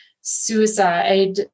suicide